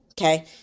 okay